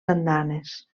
andanes